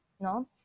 No